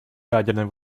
ядерных